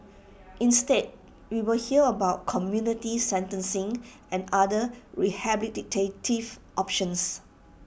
instead we will hear about community sentencing and other rehabilitative options